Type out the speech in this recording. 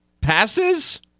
passes